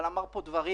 אמר פה דברים,